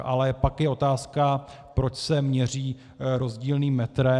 Ale pak je otázka, proč se měří rozdílným metrem.